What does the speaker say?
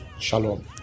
Shalom